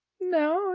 No